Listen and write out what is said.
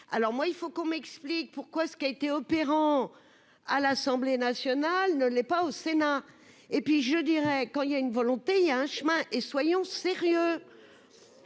alors moi, il faut qu'on m'explique pourquoi ce qui a été opérant à l'Assemblée nationale ne l'ait pas au Sénat et puis je dirais quand il y a une volonté, il y a un chemin et soyons sérieux.